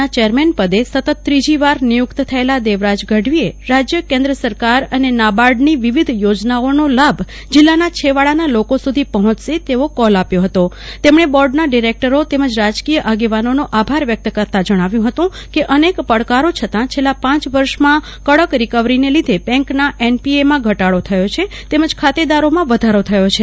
ના ચેરમને પદે સતત ત્રીજીવાર નિયુક્ત થયેલા દેવરાજ ગઢવીએ રાજ્ય કેન્દ્ર સરકાર અને નાબાર્ડની વિવિધ યોજનાઓના લાભ જિલ્લાના છેવાડાના લોકો સુધી પહોંચશે તેવા કોલ આપ્યો હતો તેમણે બોર્ડના ડિરેકટરો તેમજ રાજકીય આગેવાનોનો આભાર વ્યક્ત કરતા જણાવ્યું હતું કે અનેક પડકારો છતાં છેલ્લા પાંચ વર્ષમાં કડક રીકવરીના લીધે બેંકના એનપીએમાં ઘટાડો થયો છે તેમજ ખાતેદારોમાં વધારો થયો છે